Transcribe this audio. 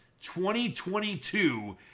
2022